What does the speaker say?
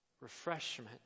refreshment